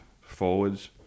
forwards